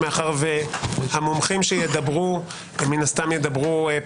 מאחר שהמומחים שידברו הם ידברו מן הסתם